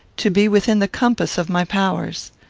to be within the compass of my powers.